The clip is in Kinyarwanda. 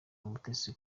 umutesi